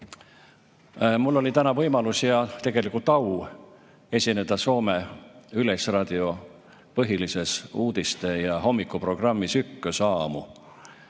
Mul oli täna võimalus ja tegelikult au esineda Soome Yleisradio põhilises uudiste‑ ja hommikuprogrammis "Ykkösaamu".